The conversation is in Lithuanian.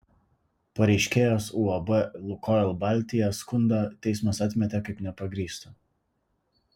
pareiškėjos uab lukoil baltija skundą teismas atmetė kaip nepagrįstą